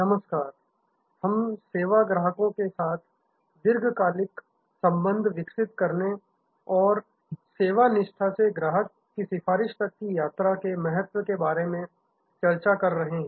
नमस्कार हम सेवा ग्राहकों के साथ दीर्घकालिक संबंध विकसित करने और सेवा निष्ठा से ग्राहक सिफारिश तक की यात्रा के महत्व के बारे में चर्चा कर रहे हैं